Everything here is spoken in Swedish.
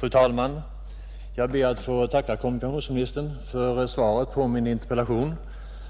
Fru talman! Jag ber att få tacka kommunikationsministern för svaret på min interpellation.